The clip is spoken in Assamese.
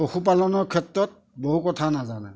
পশুপালনৰ ক্ষেত্ৰত বহু কথা নাজানে